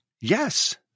yes